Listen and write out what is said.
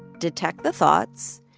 detect the thoughts.